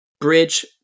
bridge